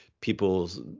people's